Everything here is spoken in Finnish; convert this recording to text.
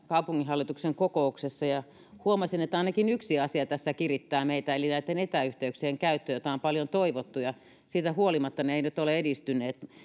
kaupunginhallituksen etäkokouksessa ja huomasin että ainakin yksi asia tässä kirittää meitä eli näitten etäyhteyksien käyttö jota on paljon toivottu ja siitä huolimatta ne eivät nyt ole edistyneet